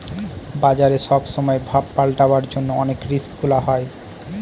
বাজারে সব সময় ভাব পাল্টাবার জন্য অনেক রিস্ক গুলা হয়